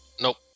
nope